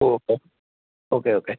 okay okay okay